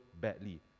badly